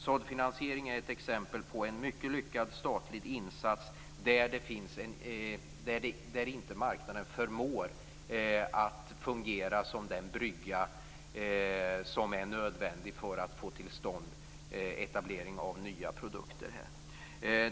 Såddfinansiering är ett exempel på en mycket lyckad statlig insats där inte marknaden förmår att fungera som den brygga som är nödvändig för att få till stånd etablering av nya produkter.